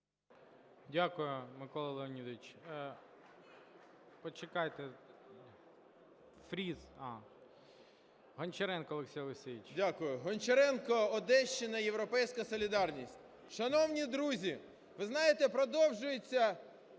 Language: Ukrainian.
Дякую, Микола Леонідович. Почекайте. Фріз. Гончаренко Олексій Олексійович.